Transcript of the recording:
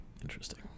Interesting